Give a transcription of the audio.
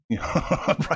right